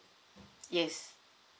yes